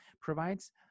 provides